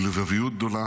בלבביות גדולה,